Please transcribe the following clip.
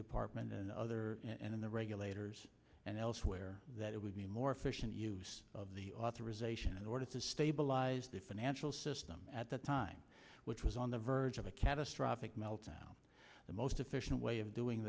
department and other and in the regulators and elsewhere that it would be more efficient use of the authorization in order to stabilize the financial system at the time which was on the verge of a catastrophic meltdown the most efficient way of doing